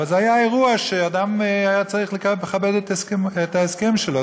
היה אירוע שאדם היה צריך לכבד את ההסכם שלו,